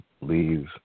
leave